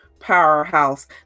Powerhouse